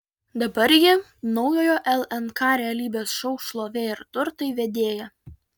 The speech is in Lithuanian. dabar ji naujojo lnk realybės šou šlovė ir turtai vedėja